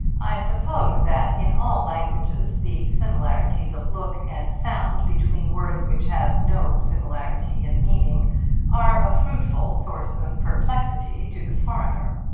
i suppose that in all languages the similarities of look and sound between words which have no similarity in meaning are a fruitful source of perplexity to the foreigner.